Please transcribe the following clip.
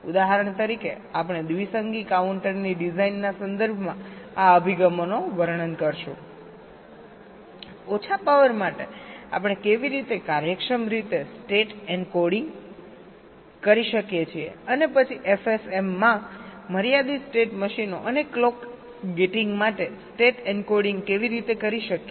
ઉદાહરણ તરીકે આપણે દ્વિસંગી કાઉન્ટરની ડિઝાઇનના સંદર્ભમાં આ અભિગમોનું વર્ણન કરીશું ઓછા પાવર માટે આપણે કેવી રીતે કાર્યક્ષમ રીતે સ્ટેટ એન્કોડિંગ કરી શકીએ છીએ અને પછી FSM માં મર્યાદિત સ્ટેટ મશીનો અને ક્લોક ગેટિંગ માટે સ્ટેટ એન્કોડિંગ કેવી રીતે કરી શકીએ